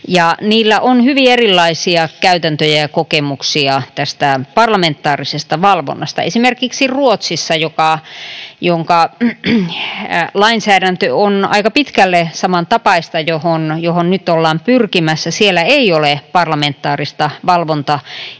niillä on hyvin erilaisia käytäntöjä ja kokemuksia tästä parlamentaarisesta valvonnasta. Esimerkiksi Ruotsissa, jonka lainsäädäntö on aika pitkälle samantapaista, johon nyt ollaan pyrkimässä, ei ole parlamentaarista valvontaelintä